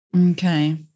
Okay